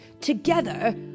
Together